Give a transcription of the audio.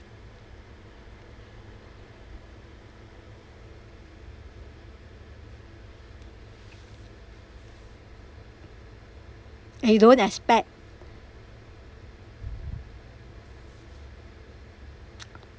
eh don't expect